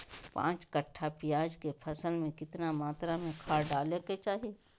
पांच कट्ठा प्याज के फसल में कितना मात्रा में खाद डाले के चाही?